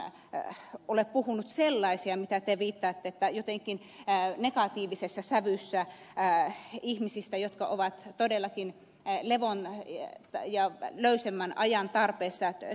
en todellakaan ole puhunut sellaisia mitä te viittaatte jotenkin negatiivisessa sävyssä ihmisistä jotka ovat todellakin levon ja löysemmän ajan tarpeessa työelämässä